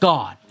God